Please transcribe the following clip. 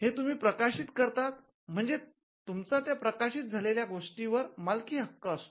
हे तुम्ही प्रकाशित करता म्हणजे तुमचा त्या प्रकाशित झालेल्या गोष्टीवर मालकी हक्क असतो